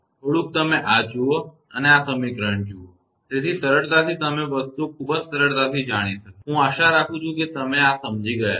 થોડુંક તમે આ જુઓ અને આ સમીકરણ જુઓ તેથી સરળતાથી તમે વસ્તુઓ ખૂબ જ સરળતાથી જાણી શકશો હું આશા રાખું છું કે તમે આ સમજી ગયા છો